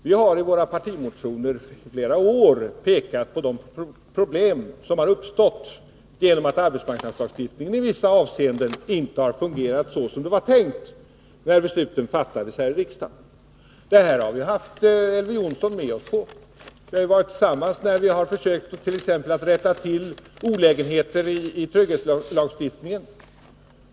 Vi har i våra partimotioner i flera år pekat på de problem som uppstår genom att arbetsmarknadslagstiftningen i vissa avseenden inte fungerar så som det var tänkt när besluten fattades här i riksdagen. Där har vi haft Elver Jonsson med oss. Vi har tillsammans försökt rätta till olägenheter i NF 54 trygghetslagstiftningen.